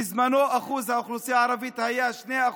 בזמנו אחוז האוכלוסייה הערבית היה 2%,